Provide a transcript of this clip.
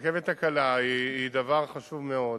הרכבת הקלה היא דבר חשוב מאוד,